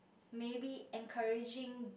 maybe encouraging